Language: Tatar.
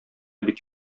бик